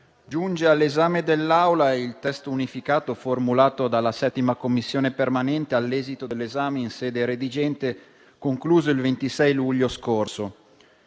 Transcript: giunge all'esame dell'Assemblea il testo unificato formulato dalla 7a Commissione permanente all'esito dell'esame in sede redigente concluso il 26 luglio scorso.